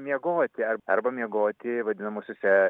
miegoti ar arba miegoti vadinamuosiuose